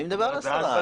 מי מדבר על עשרה אנשים?